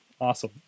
Awesome